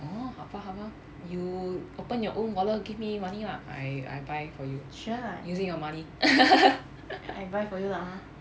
affordable you open your own wallet give me money you are I buy for you sure using your money I buy for you lah reference breakfast breakfast because